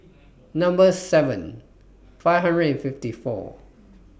Number seven five hundred and fifty four